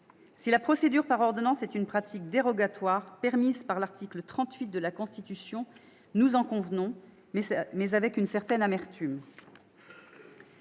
La procédure par ordonnances est une pratique dérogatoire permise par l'article 38 de la Constitution. Nous en convenons, mais avec une certaine amertume.